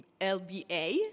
lba